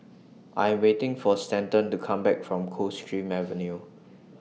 I Am waiting For Stanton to Come Back from Coldstream Avenue